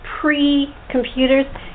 pre-computers